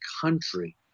country